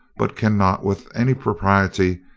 but cannot, with any propriety,